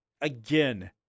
Again